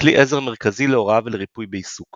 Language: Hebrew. ככלי עזר מרכזי להוראה ולריפוי בעיסוק –